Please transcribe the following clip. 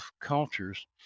cultures